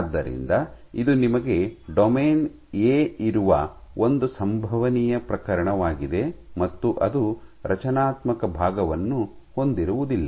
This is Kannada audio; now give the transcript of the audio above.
ಆದ್ದರಿಂದ ಇದು ನಿಮಗೆ ಡೊಮೇನ್ ಎ ಇರುವ ಒಂದು ಸಂಭವನೀಯ ಪ್ರಕರಣವಾಗಿದೆ ಮತ್ತು ಅದು ರಚನಾತ್ಮಕ ಭಾಗವನ್ನು ಹೊಂದಿರುವುದಿಲ್ಲ